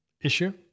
issue